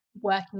working